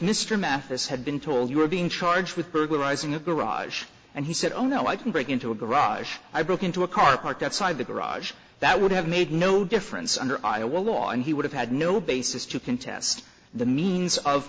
mr mathis had been told you were being charged with burglarizing a garage and he said oh no i can break into a garage i broke into a car parked outside the garage that would have made no difference under iowa law and he would have had no basis to contest the means of